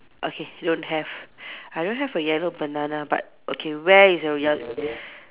okay you don't have I don't have a yellow banana but okay where is the ye~